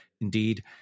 Indeed